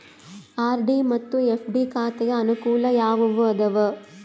RD ಮತ್ತು FD ಖಾತೆಯ ಅನುಕೂಲ ಯಾವುವು ಅದಾವ?